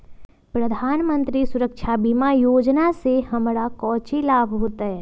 प्रधानमंत्री सुरक्षा बीमा योजना से हमरा कौचि लाभ होतय?